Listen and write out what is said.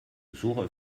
suche